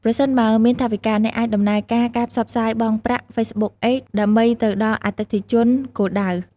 ប្រសិនបើមានថវិកា អ្នកអាចដំណើរការការផ្សព្វផ្សាយបង់ប្រាក់ ហ្វេសបុកអេដ ដើម្បីទៅដល់អតិថិជនគោលដៅ។